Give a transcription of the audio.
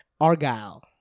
Argyle